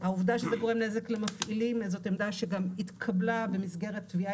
העובדה שזה גורם נזק למפעילים זאת עמדה שגם התקבלה במסגרת תביעה